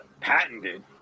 patented